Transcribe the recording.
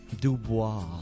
Dubois